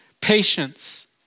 patience